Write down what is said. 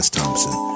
Thompson